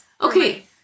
okay